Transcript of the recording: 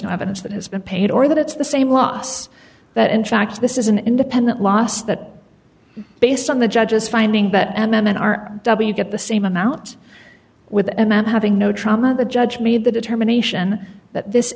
no evidence that has been paid or that it's the same loss that in fact this is an independent loss that based on the judge's finding that and women are you get the same amount with the amount having no trauma the judge made the determination that this